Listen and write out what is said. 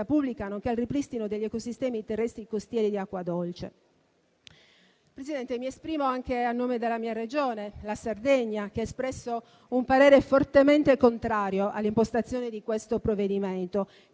pubblica, nonché al ripristino degli ecosistemi terrestri, costieri e di acqua dolce. Presidente, mi esprimo anche a nome della mia Regione, la Sardegna, che ha espresso un parere fortemente contrario all'impostazione di questo provvedimento,